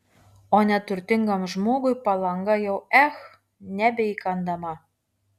o neturtingam žmogui palanga jau ech nebeįkandama